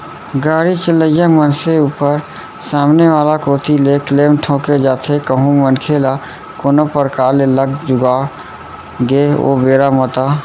गाड़ी चलइया मनसे ऊपर सामने वाला कोती ले क्लेम ठोंके जाथे कहूं मनखे ल कोनो परकार ले लग लुगा गे ओ बेरा म ता